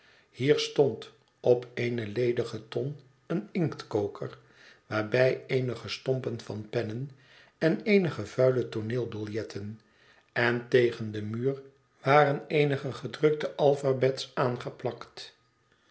hier stond op eene ledige ton een inktkoker waarbij eenige stompen van pennen en eenige vuile tooneelbiljetten en tegen den muur waren verscheidene gedrukte alphabets aangeplakt